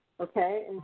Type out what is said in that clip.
Okay